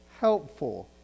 helpful